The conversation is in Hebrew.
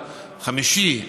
אבל חמישי,